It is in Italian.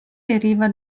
deriva